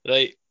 Right